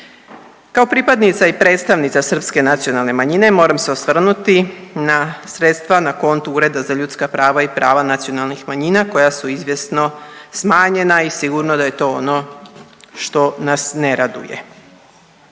Kao pripadnica i predstavnica srpske nacionalne manjine moram se osvrnuti na sredstva na kontu Ureda za ljudska prava i prava nacionalnih manjina, koja su izvjesno smanjena i sigurno da je to ono što nas ne raduje.